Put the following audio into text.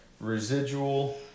residual